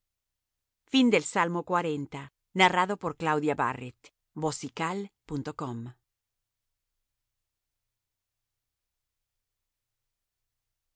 principal salmo de